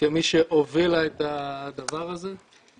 כמי שהובילה את הדבר הזה.